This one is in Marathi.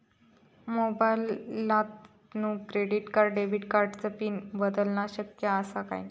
मोबाईलातसून क्रेडिट किवा डेबिट कार्डची पिन बदलना शक्य आसा काय?